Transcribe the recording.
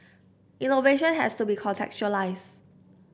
innovation has to be contextualize